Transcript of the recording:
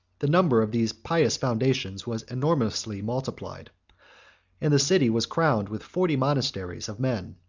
the number of these pious foundations was enormously multiplied and the city was crowded with forty monasteries of men,